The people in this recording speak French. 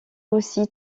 aussi